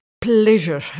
pleasure